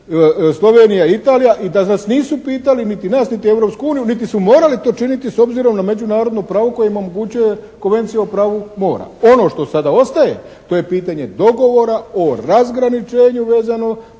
Slovenija i Italija i da nas nisu pitali niti nas niti Europsku uniju, niti su morali to činiti s obzirom na međunarodno pravo koje im omogućuje Konvencija o pravu mora. Ono što sada ostaje to je pitanje dogovora o razgraničenju vezano